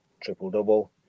triple-double